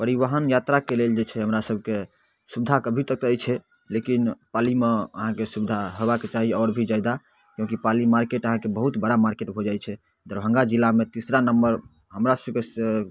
परिवहन यात्राके लेल जे छै हमरा सभके सुविधा अभी तक तऽ अइछे लेकिन अभी पालीमे सुविधा हेबाक चाही आओर भी जादा किएक कि पाली मार्केट अहाँके बहुत बड़ा मार्केट हो जाइ छै दरभंगा जिलामे तीसरा नम्बर हमरा सभके से